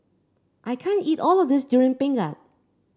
I can't eat all of this Durian Pengat